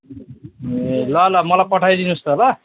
ए ल ल मलाई पठाइदिनु होस् त ल